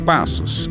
Passos